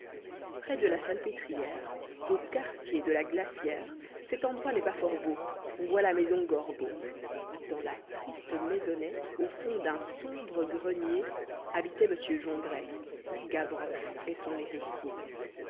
près de lasalpêtrière au quartier de la glacière cet endroit n'est pas fort beau on voit la maison gorbeau dans la triste maisonnette au fond d'un sombre grenier habitait monsieur jondrelte gavroche est son héritier